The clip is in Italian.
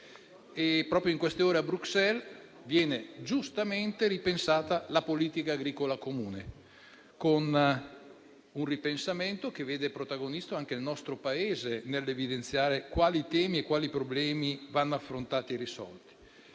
Proprio in queste ore a Bruxelles viene giustamente ripensata la Politica agricola comune, con un ripensamento che vede protagonista anche il nostro Paese, nell'evidenziare quali temi e quali problemi vanno affrontati e risolti.